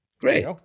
Great